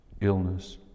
illness